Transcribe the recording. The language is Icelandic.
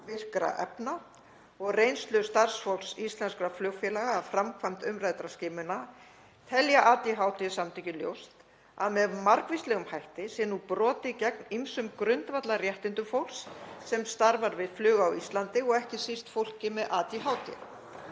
„geðvirkra efna“ og reynslu starfsfólks íslenskra flugfélaga af framkvæmd umræddra skimana, telja ADHD samtökin ljóst að með margvíslegum hætti sé nú brotið gegn ýmsum grundvallarréttindum fólks sem starfar við flug á Íslandi, ekki síst fólki með ADHD.“